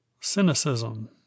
Cynicism